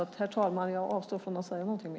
Herr talman! Jag avstår från att säga något mer nu.